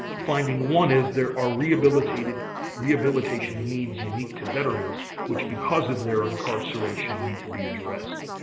finding one is there are rehabilitation rehabilitation needs unique to veterans, which because of their incarceration need to be addressed.